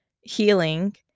healing